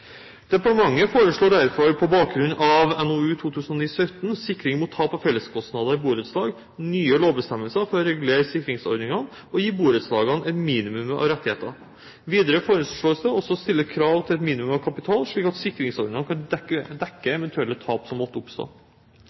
Departementet foreslår derfor på bakgrunn av NOU 2009:17 Sikring mot tap av felleskostnader i borettslag nye lovbestemmelser for å regulere sikringsordningene og gi borettslagene et minimum av rettigheter. Videre foreslås det å stille krav til et minimum av kapital, slik at sikringsordningene kan dekke eventuelle tap som måtte oppstå.